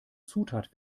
zutat